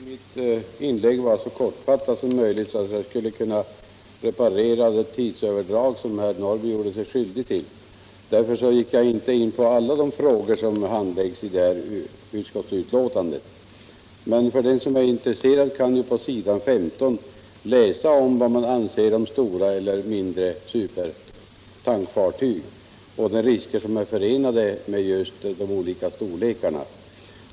Herr talman! Jag försökte i mitt inlägg fatta mig så kort som möjligt för att kompensera det tidsöverdrag som herr Norrby i Åkersberga gjorde sig skyldig till. Därför gick jag inte in på alla de frågor som tas upp i det utskottsbetänkande vi nu behandlar. Men de som är intresserade kan på s. 15 i betänkandet läsa vad utskottet anser om de risker som är förenade med tankfartyg av olika storlekar.